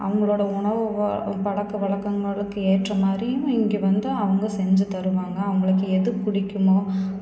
அவங்களோட உணவு ஓ பழக்கவழக்கங்களுக்கு ஏற்ற மாதிரியும் இங்கே வந்து அவங்க செஞ்சு தருவாங்க அவங்களுக்கு எது பிடிக்குமோ